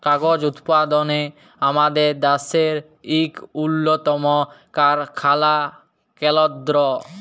কাগজ উৎপাদলে আমাদের দ্যাশের ইক উল্লতম কারখালা কেলদ্র